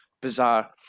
bizarre